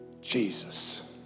Jesus